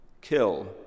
Kill